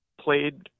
played